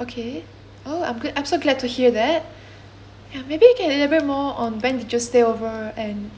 oh I'm glad I'm so glad to hear that ya maybe you can elaborate more on when you just stayed over and